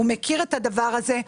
הוא מכיר את הדבר הזה.